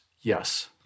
yes